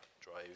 drive